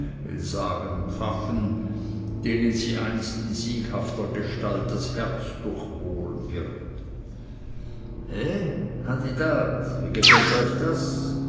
sagen faffen denen sie einst in sieghafter gestalt das herz durchbohren wird he kandidat wie gefällt euch das